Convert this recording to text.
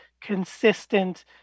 consistent